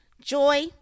joy